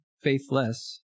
faithless